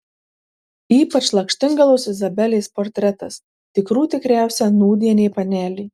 ypač lakštingalos izabelės portretas tikrų tikriausia nūdienė panelė